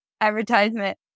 advertisement